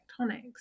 tectonics